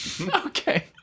Okay